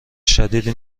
شدیدی